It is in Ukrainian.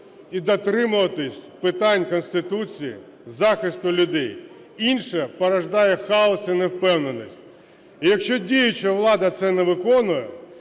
і дотримуватися питань Конституції, захисту людей. Інше породжує хаос і невпевненість. І якщо діюча влада це не виконує,